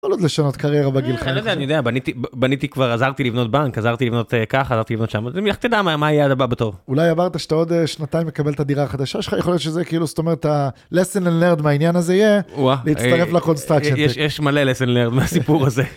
יכול עוד לשנות קריירה בגילך אני חושה. אה.. אני לא יודע, בניתי, בניתי כבר עזרתי לבנות בנק, עזרתי לבנות ככה, עזרתי לבנות שם, אז לך תדע מה היעד הבא בתור. אולי אמרת שאתה עוד שנתיים מקבל את הדירה החדשה שלך? יכול להיות שזה כאילו זאת אומרת ה.. לסן הלרנד מהעניין הזה יהיה להצטרף לקונסטראקשן. אואה, יש מלא לסן לרנד מהסיפור הזה.